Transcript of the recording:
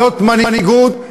זו מנהיגות,